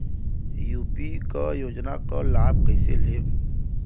UP क योजना क लाभ कइसे लेब?